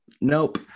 Nope